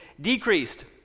decreased